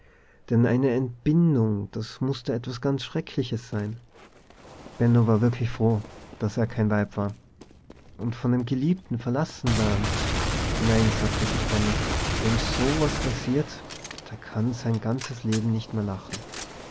denn eine entbindung das mußte etwas ganz schreckliches sein benno war wirklich froh daß er kein weib war und von dem geliebten verlassen werden nein sagte sich benno wem so was passiert der kann sein ganzes leben nicht mehr lachen